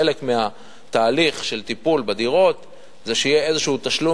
חלק מהתהליך של טיפול בדירות זה שיהיה איזה תשלום,